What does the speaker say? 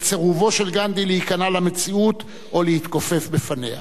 את סירובו של גנדי להיכנע למציאות או להתכופף בפניה.